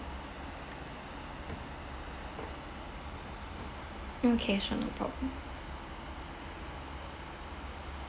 okay sure no problem